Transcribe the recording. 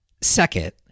Second